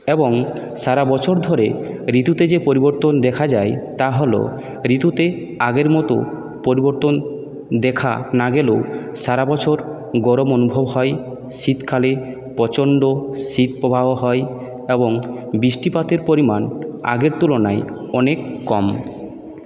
এবং সারা বছর ধরে ঋতুতে যে পরিবর্তন দেখা যায় তা হল ঋতুতে আগের মতো পরিবর্তন দেখা না গেলেও সারা বছর গরম অনুভব হয় শীতকালে প্রচন্ড শৈত্যপ্রবাহ হয় এবং বৃষ্টিপাতের পরিমাণ আগের তুলনায় অনেক কম